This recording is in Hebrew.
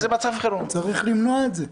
צריך למנוע את זה.